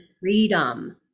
freedom